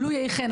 לו יהי כן.